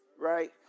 Right